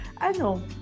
ano